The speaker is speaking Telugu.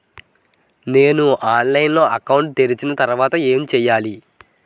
నేను ఆన్లైన్ లో అకౌంట్ తెరిచిన తర్వాత ఏం చేయాలి?